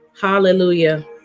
Hallelujah